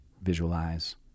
visualize